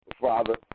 Father